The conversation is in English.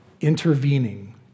intervening